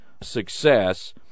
success